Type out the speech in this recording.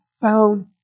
found